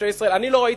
אני לא ראיתי,